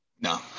No